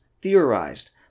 theorized